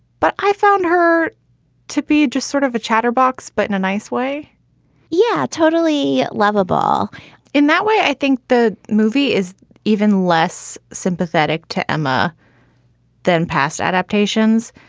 but i found her to be just sort of a chatterbox, but in a nice way yeah, totally lovable in that way i think the movie is even less sympathetic to emma than past adaptations.